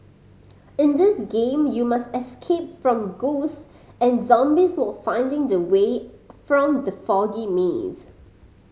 in this game you must escape from ghost and zombies while finding the way from the foggy maze